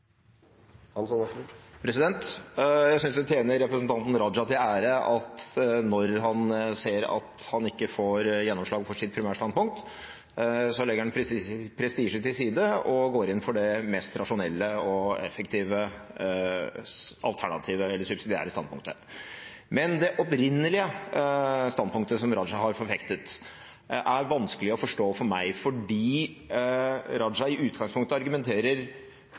Raja til ære at han, når han ser at han ikke får gjennomslag for sitt primærstandpunkt, legger prestisjen til side og går inn for det mest rasjonelle og effektive subsidiære standpunktet. Men det opprinnelige standpunktet som Raja har forfektet, er vanskelig å forstå for meg, for i utgangspunktet argumenterer